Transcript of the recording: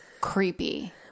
creepy